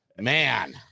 man